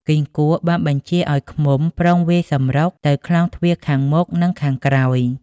គីង្គក់បានបញ្ជាឲ្យ ឃ្មុំប្រុងវាយសម្រុក នៅខ្លោងទ្វារខាងមុខ និងខាងក្រោយ។